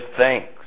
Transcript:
thanks